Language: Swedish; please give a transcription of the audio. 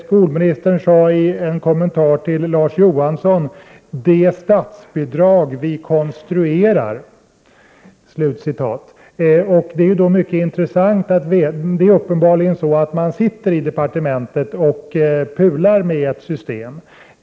Skolministern talade i en kommentar till Larz Johansson om ”det statsbidrag vi konstruerar”. Uppenbarligen sitter man i departementet och ”pular” med ett system.